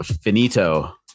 finito